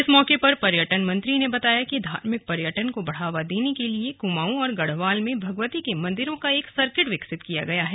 इस मौके पर पर्यटन मंत्री ने बताया कि धार्मिक पर्यटन को बढ़ावा देने के लिए कुमाऊं और गढ़वाल में भगवती के मंदिरों का एक सर्किट विकसित किया गया है